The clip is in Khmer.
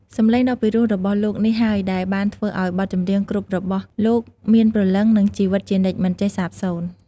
សម្លេងដ៏ពីរោះរបស់លោកនេះហើយដែលបានធ្វើឱ្យបទចម្រៀងគ្រប់របស់លោកមានព្រលឹងនិងជីវិតជានិច្ចមិនចេះសាបសូន្យ។